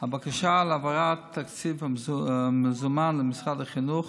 הבקשה להעברת התקציב במזומן למשרד החינוך